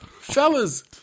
Fellas